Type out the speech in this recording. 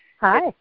Hi